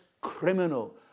criminal